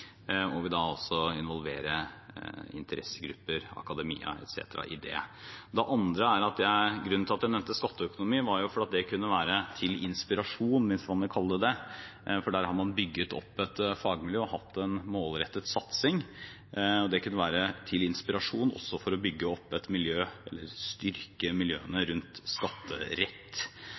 og vil da involvere interessegrupper, akademia etc. i det. Det andre er: Grunnen til at jeg nevnte skatteøkonomi, var jo at det kunne være til inspirasjon, hvis man vil kalle det det, for der har man bygd opp et fagmiljø og hatt en målrettet satsing som kunne være til inspirasjon også for å bygge opp et miljø eller styrke miljøene rundt skatterett.